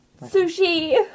sushi